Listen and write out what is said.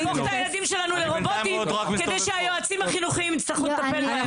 להפוך את הילדים שלנו לרובוטים כדי שהיועצים החינוכיים יצטרכו לטפל בהם.